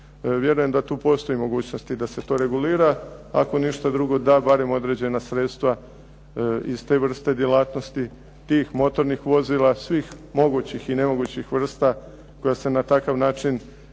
Vjerujem da tu postoje mogućnosti da se to regulira, ako ništa drugo da barem određena sredstva iz te vrste djelatnosti, tih motornih vozila svih mogućih i nemogućih vrsta koja se na takav način